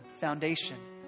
foundation